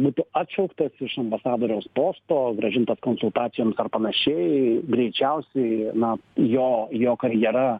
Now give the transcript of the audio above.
būtų atšauktas iš ambasadoriaus posto grąžintas konsultacijoms ar panašiai greičiausiai na jo jo karjera